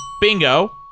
Bingo